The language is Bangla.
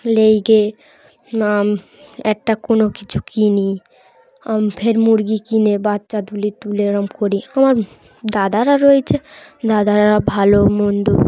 লেই গে একটা কোনো কিছু কিনি আম ফের মুরগি কিনে বাচ্চা দুলি তুলে এরম করি আমার দাদারা রয়েছে দাদারা ভালো মন্দ